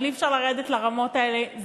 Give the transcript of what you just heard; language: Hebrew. אבל אי-אפשר לרדת לרמות האלה.